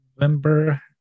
November